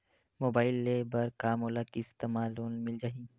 Mobile ले बर का मोला किस्त मा लोन मिल जाही?